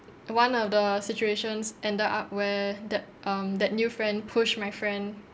one of the situations ended up where that um that new friend push my friend